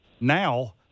now